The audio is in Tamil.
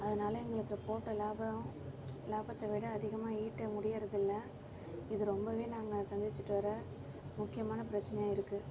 அதனால் எங்களுக்கு போட்ட லாபம் லாபத்தைவிட அதிகமாக ஈட்ட முடியறதில்லை இது ரொம்பவே நாங்கள் சந்திச்சிகிட்டு வர முக்கியமான பிரச்சனையாக இருக்கு